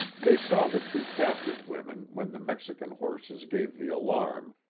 they saw the two captive women when the mexican horses gave the alarm,